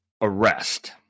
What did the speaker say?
arrest